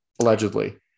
Allegedly